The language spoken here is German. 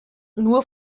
nur